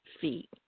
feet